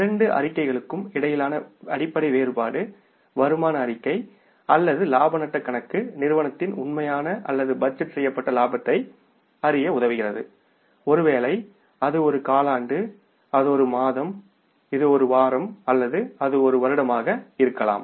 இரண்டு அறிக்கைகளுக்கும் இடையிலான அடிப்படை வேறுபாடு வருமான அறிக்கை அல்லது இலாப நட்டக் கணக்கு நிறுவனத்தின் உண்மையான அல்லது பட்ஜெட் செய்யப்பட்ட லாபத்தை அறிய உதவுகிறது ஒருவேளை அது ஒரு காலாண்டு அது ஒரு மாதம் இது ஒரு வாரம் அல்லது அது ஒரு வருடம் ஆகா இருக்கலாம்